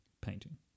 Painting